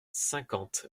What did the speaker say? cinquante